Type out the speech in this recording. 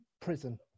prison